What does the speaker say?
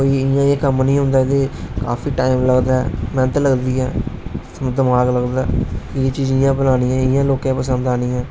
कोई इयां कम्म नेई होंदा कि काफी टाइम लगदा मैहनत लगदी ऐ दमाग लगदा एह् चीज कियां बनानी ऐ लोके गी पसंद आनी ऐ